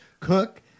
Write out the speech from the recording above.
cook